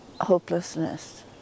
hopelessness